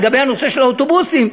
לגבי הנושא של האוטובוסים,